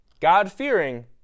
God-fearing